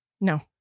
No